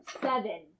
Seven